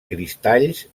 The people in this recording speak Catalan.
cristalls